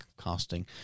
casting